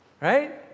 right